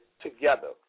together